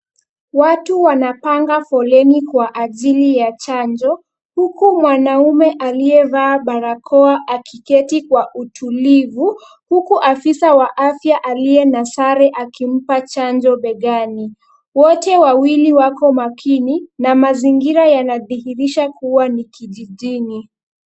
Watu wanapanga foleni kwa ajili ya chanjo, huku mwanaume aliyevaa barakoa akiketi kwa utulivu, huku afisa wa afya aliye na sare akimpa chanjo begani. Wote wawili wako makini na mazingira yanadhihirisha kuwa ni kijijini.